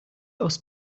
aus